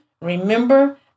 Remember